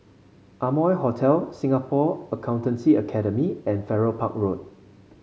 Amoy Hotel Singapore Accountancy Academy and Farrer Park Road